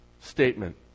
statement